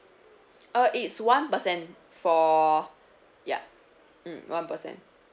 uh it's one percent for ya mm one percent